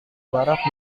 barat